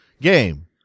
game